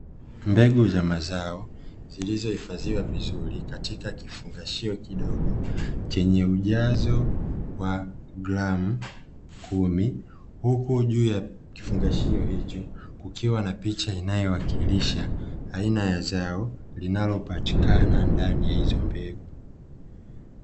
Mbegu za mazao zilizohifadhiwa vizuri katika kifungashio kidogo chenye ujazo wa gramu kumi, huku juu ya kifungashio hicho kukiwa na picha inayowakilisha aina ya zao linalopatikana ndani ya hizo mbegu.